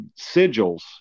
sigils